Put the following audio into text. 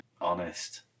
Honest